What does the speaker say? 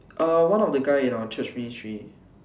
uh one of the guy in our church ministry